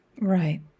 right